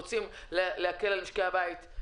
אם אתם רוצים להקל על משקי הבית,